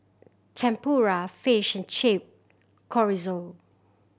Tempura Fish Chip Chorizo